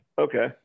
Okay